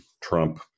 Trump